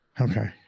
Okay